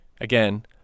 Again